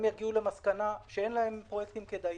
יגיעו למסקנה שאין להם פרויקטים כדאיים.